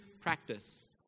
practice